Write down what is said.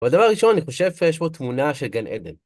והדבר הראשון, אני חושב שיש פה תמונה של גן עדן.